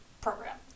program